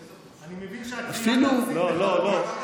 אני מבין שהקריאה להפסיד בכבוד, לא, לא, לא.